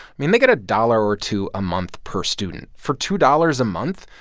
i mean, they get a dollar or two a month per student. for two dollars a month,